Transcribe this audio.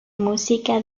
música